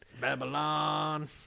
Babylon